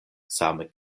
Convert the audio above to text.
same